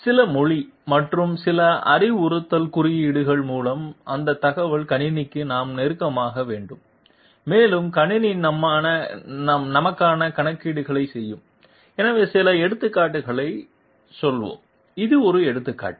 சில மொழி மற்றும் சில அறிவுறுத்தல் குறியீடுகள் மூலம் அந்த தகவலை கணினிக்கு நாம் நெருக்கமாக்க வேண்டும் மேலும் கணினி நமக்கான கணக்கீடுகளைச் செய்யும் எனவே சில எடுத்துக்காட்டுகளுக்குச் செல்வோம் இது ஒரு எடுத்துக்காட்டு